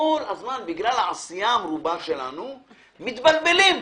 בגלל העשייה המרובה שלנו מתבלבלים.